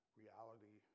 reality